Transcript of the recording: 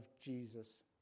Jesus